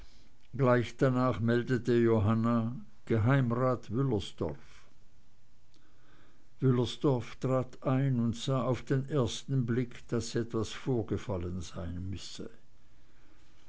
gleich danach meldete johanna geheimrat wüllersdorf wüllersdorf trat ein und sah auf den ersten blick daß etwas vorgefallen sein müsse